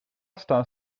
staan